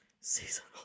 seasonal